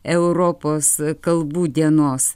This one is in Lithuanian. europos kalbų dienos